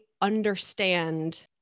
understand